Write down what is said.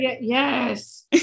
yes